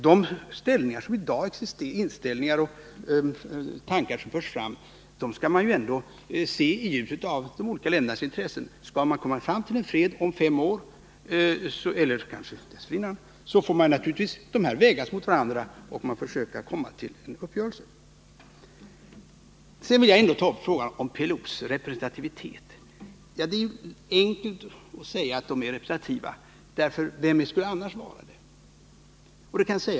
Men de åsikter och tankar som förts fram måste man se i ljuset av de olika ländernas intressen. Skall man komma fram till en fredlig lösning om fem år eller kanske dessförinnan, då måste de här åsikterna vägas mot varandra, och man får på den vägen försöka komma fram till en uppgörelse. Sedan vill jag återkomma till frågan om PLO:s representativitet. Det är ju 141 enkelt att säga och det kan sägas att den organisationen är representativ, för vem skulle annars vara det?